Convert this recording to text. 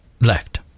left